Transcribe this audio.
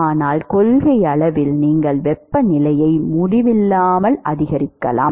ஆனால் கொள்கையளவில் நீங்கள் வெப்பநிலையை முடிவில்லாமல் அதிகரிக்கலாம்